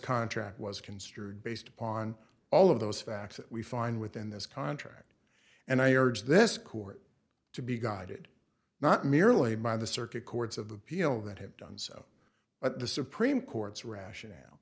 contract was construed based upon all of those facts that we find within this contract and i urge this court to be guided not merely by the circuit courts of appeal that have done so but the supreme court's rationale